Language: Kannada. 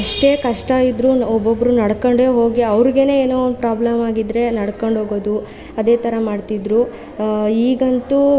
ಎಷ್ಟೇ ಕಷ್ಟಯಿದ್ದರೂ ಒಬ್ಬೊಬ್ಬರು ನಡ್ಕೊಂಡೇ ಹೋಗಿ ಅವರಿಗೇನೇ ಏನೋ ಒಂದು ಪ್ರಾಬ್ಲಮ್ಮಾಗಿದ್ರೆ ನಡ್ಕೊಂಡು ಹೋಗೋದು ಅದೇ ಥರ ಮಾಡ್ತಿದ್ದರು ಈಗಂತೂ